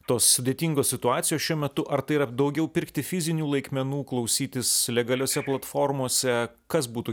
tos sudėtingos situacijos šiuo metu ar tai yra daugiau pirkti fizinių laikmenų klausytis legaliose platformose kas būtų